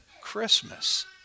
Christmas